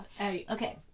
Okay